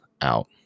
out